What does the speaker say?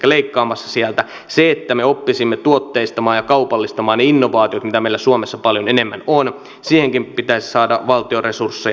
siihenkin että me oppisimme tuotteistamaan ja kaupallistamaan ne innovaatiot mitä meillä suomessa paljon enemmän on pitäisi saada valtion resursseja